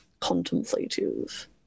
contemplative